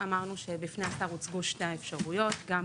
אמרנו שבפני השר הוצגו שתי האפשרויות, גם